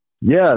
Yes